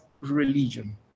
religion